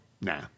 nah